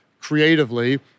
creatively